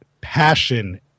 passion